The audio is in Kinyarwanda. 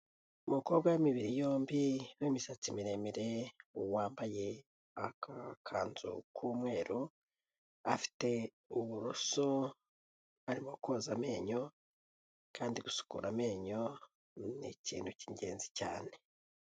Umukobwa w'imibiri yombi w'imisatsi miremire wambaye akakanzu k'umweru afite uburoso arimo koza amenyo kandi gusukura amenyo nikintu cy'ingenzi cyane.